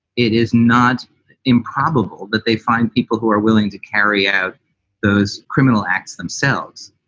it is not improbable that they find people who are willing to carry out those criminal acts themselves.